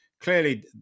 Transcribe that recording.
clearly